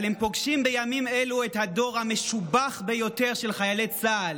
אבל הם פוגשים בימים אלה את הדור המשובח ביותר של חיילי צה"ל,